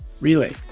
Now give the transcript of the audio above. Relay